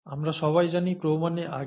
আমরা সবাই জানি প্রো মানে আগে